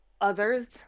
others